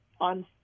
on